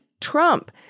Trump